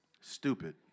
stupid